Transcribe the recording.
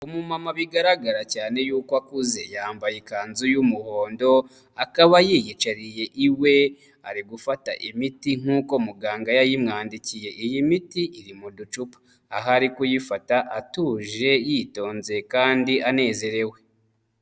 Umumama bigaragara cyane yuko akuze, yambaye ikanzu y'umuhondo, akaba yiyicariye iwe, ari gufata imiti nkuko muganga yayimwandikiye, iyi miti iri mu ducupa aho ari kuyifata atuje, yitonze, kandi anezerewe.